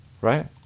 Right